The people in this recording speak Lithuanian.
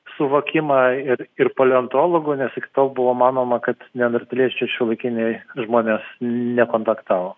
suvokimą ir ir paleontologų nes iki tol buvo manoma kad neandertaliečiai šiuolaikiniai žmonės nekontaktavo